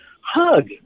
hug